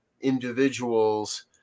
individuals